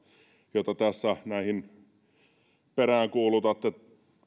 jota tässä peräänkuulutatte